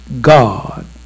God